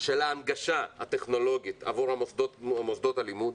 של ההנגשה הטכנולוגית עבור מוסדות הלימוד,